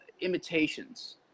imitations